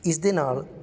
ਇਸ ਦੇ ਨਾਲ਼